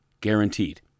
guaranteed